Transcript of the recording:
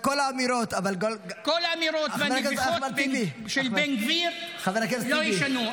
רק כל האמירות --- כל האמירות והנביחות של בן גביר לא ישנו.